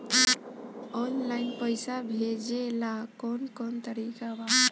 Online पइसा भेजेला कवन कवन तरीका बा?